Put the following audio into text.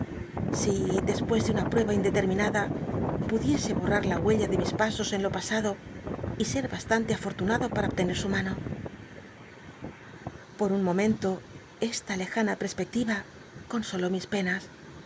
si despues de una pl'ueba indeterminada pudiese bonar la huella de mis pasos en lo pasado y ser bltstante afortunado par a obl ener su mano por un momenl o esta lejana perspectiva consoló mis penas